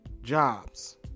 jobs